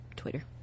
Twitter